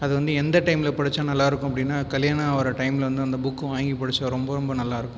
அது வந்து எந்த டைமில் படித்தா நல்லா இருக்கும் அப்படின்னா கல்யாணம் ஆகிற டைமில் வந்து அந்த புக் வாங்கி படித்தா ரொம்ப ரொம்ப நல்லா இருக்கும்